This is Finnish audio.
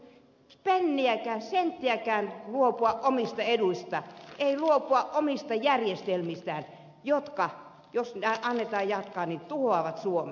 se ei halunnut senttiäkään luopua omista eduistaan ei luopua omista järjestelmistään jotka jos annetaan jatkaa tuhoavat suomen